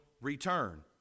return